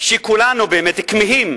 שכולנו באמת כמהים